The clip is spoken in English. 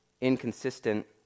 inconsistent